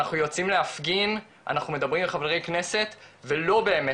אנחנו יוצאים להפגין אנחנו מדברים עם חברי כנסת ולא באמת